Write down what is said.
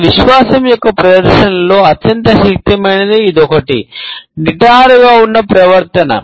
మన విశ్వాసం యొక్క ప్రదర్శనలలో అత్యంత శక్తివంతమైనది ఇది ఒకటి నిటారుగా ఉన్న ప్రవర్తన